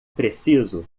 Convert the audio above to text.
preciso